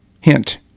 Hint